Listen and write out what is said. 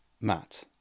Matt